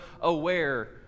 aware